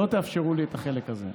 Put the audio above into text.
לא תאפשרו לי את החלק הזה.